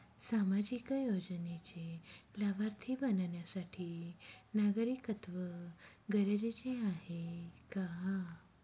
सामाजिक योजनेचे लाभार्थी बनण्यासाठी नागरिकत्व गरजेचे आहे का?